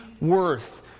worth